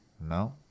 No